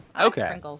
Okay